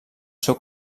seu